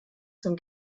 zum